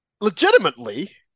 legitimately